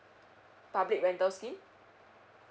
public rental scheme